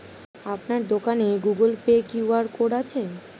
আপনার দোকানে Google Pay QR code আছে?